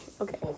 okay